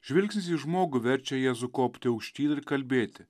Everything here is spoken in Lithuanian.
žvilgsnis į žmogų verčia jėzų kopti aukštyn ir kalbėti